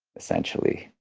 essentially.